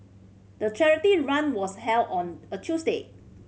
the charity run was held on a Tuesday